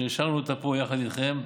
שאישרנו אותה פה יחד איתכם,